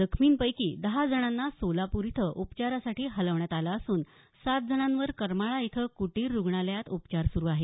जखमींपैकी दहा जणांना सोलापूर इथं उपचारांसाठी हलवण्यात आलं असून सात जणांवर करमाळा इथं कुटीर रूग्णालयात उपचार सुरू आहेत